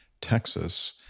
Texas